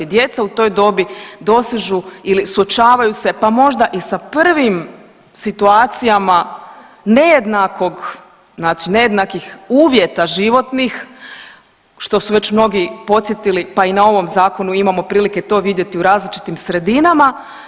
Djeca u toj dobi dosežu ili suočavaju se pa možda i sa prvim situacijama nejednakog, znači nejednakih uvjeta životnih što su već mnogi podsjetili, pa i na ovom zakonu imamo prilike to vidjeti u različitim sredinama.